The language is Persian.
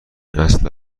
اصل